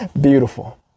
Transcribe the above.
Beautiful